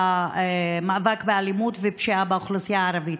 למאבק באלימות ובפשיעה באוכלוסייה הערבית.